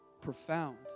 profound